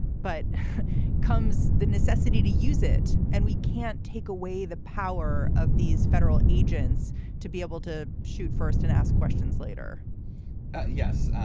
but comes the necessity to use it. and we can't take away the power of these federal agents to be able to shoot first and ask questions later yes,